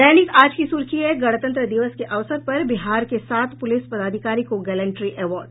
दैनिक आज की सुर्खी है गणतंत्र दिवस के अवसर पर बिहार के सात पुलिस पदाधिकारी को गैलेंट्री अवार्ड